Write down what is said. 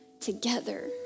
together